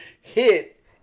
hit